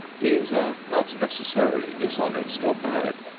these are not necessarily dishonest or bad.